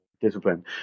discipline